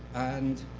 and